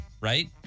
Right